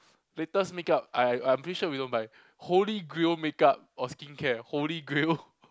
latest make-up I I'm pretty sure we don't buy holy grail make-up or skincare holy grail